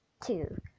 two